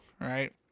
right